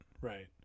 right